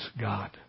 God